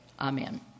Amen